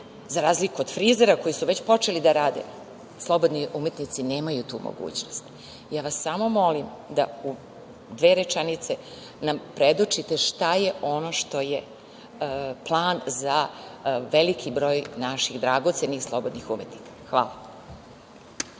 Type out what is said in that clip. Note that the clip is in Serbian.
za razliku od frizera koji su već počeli da rade, slobodni umetnici nemaju tu mogućnost. Ja vas samo molim da nam u dve rečenice predočite šta je ono što je plan za veliki broj naših dragocenih slobodnih umetnika. Hvala.